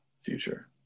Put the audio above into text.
future